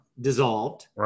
dissolved